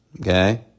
okay